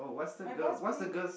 my bus pink